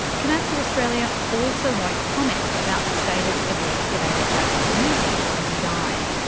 komatsu australia also won't comment about the status of the excavator jack was using when he died.